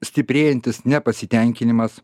stiprėjantis nepasitenkinimas